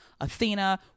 athena